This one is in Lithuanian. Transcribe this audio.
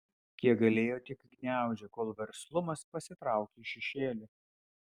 kiek galėjo tiek gniaužė kol verslumas pasitraukė į šešėlį